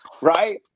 right